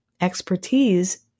expertise